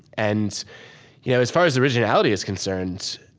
and you know as far as originality is concerned,